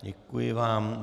Děkuji vám.